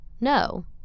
no